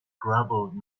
garbled